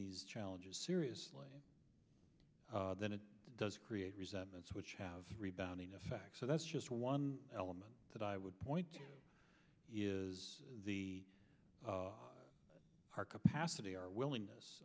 these challenges seriously then it does create resentments which have a rebound effect so that's just one element that i would point to is the our capacity our willingness